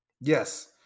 Yes